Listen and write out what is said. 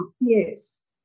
Yes